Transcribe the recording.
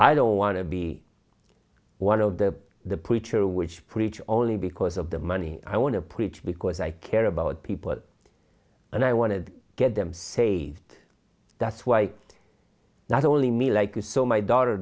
i don't want to be one of the the preacher which preach only because of the money i want to preach because i care about people and i want to get them saved that's why not only me like you so my daughter